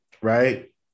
right